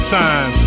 time